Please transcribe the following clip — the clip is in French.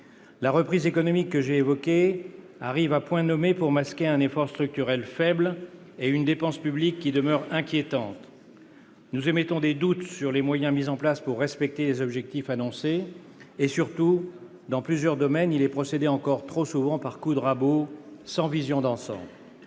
La reprise économique que j'ai évoquée arrive à point nommé pour masquer un effort structurel faible et une dépense publique qui demeure inquiétante. Nous émettons des doutes sur les moyens mis en place pour respecter les objectifs annoncés et, surtout, dans plusieurs domaines, il est procédé encore trop souvent par coups de rabot, sans vision d'ensemble.